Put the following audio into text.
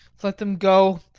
let them go!